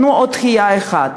תנו עוד דחייה אחת.